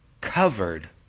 covered